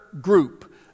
group